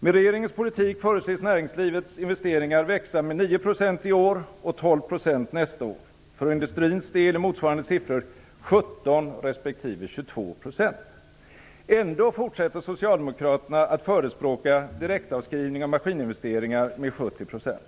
Med regeringens politik förutses näringslivets investeringar växa med 9 % i år och 12 % nästa år. För industrins del är motsvarande siffror 17 Socialdemokraterna att förespråka direktavskrivningar av maskininvesteringar med 70 %.